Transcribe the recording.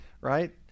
right